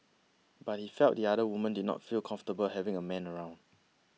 but he felt the other woman did not feel comfortable having a man around